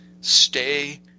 stay